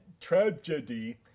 tragedy